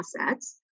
assets